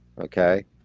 okay